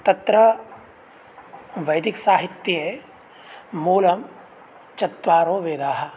तत्र वैदिकसाहित्ये मूलं चत्वारो वेदाः